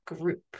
group